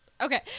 Okay